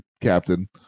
captain